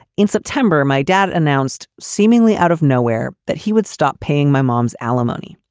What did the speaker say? in september, my dad announced seemingly out of nowhere that he would stop paying my mom's alimony.